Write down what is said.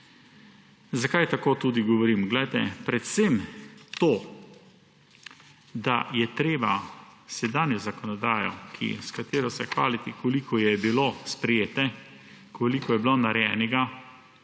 Zakaj tako govorim? Glejte, predvsem to, da je treba sedanjo zakonodajo, s katero se hvalite, koliko je bilo sprejete, koliko je bilo narejenega,